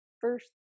first